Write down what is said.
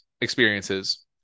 experiences